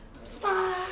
Smile